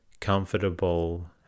comfortable